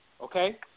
Okay